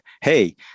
hey